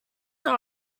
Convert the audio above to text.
all